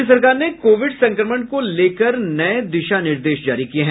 राज्य सरकार ने कोविड संक्रमण को लेकर नये दिशा निर्देश जारी किये हैं